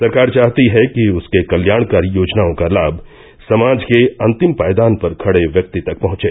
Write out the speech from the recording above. सरकार चाहती है कि उसके कल्याणकारी योजनाओं का लाभ समाज के अन्तिम पायदान पर खड़े व्यक्ति तक पहुंचे